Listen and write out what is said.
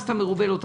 תפסת מרובה לא תפסת.